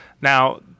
Now